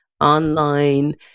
online